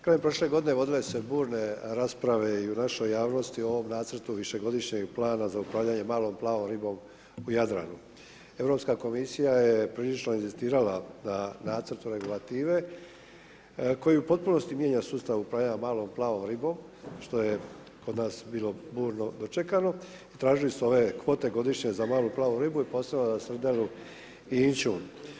Krajem prošle godine vodile se burne rasprave i u našoj javnosti o ovom Nacrtu višegodišnjeg plana za upravljanje malom plavom ribom u Jadranu, Europska komisija je prilično inzistirala na nacrtu regulative koja u potpunosti mijenja sustav upravljanja malom plavom ribom, što je kod nas bilo burno dočekano i tražili su ove kvote godišnje za malu plavu ribu i posebno za srdelu i inćun.